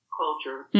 culture